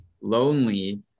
lonely